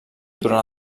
durant